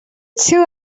two